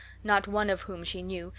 not one of whom she knew,